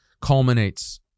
culminates